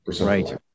Right